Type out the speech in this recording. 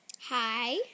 Hi